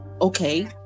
okay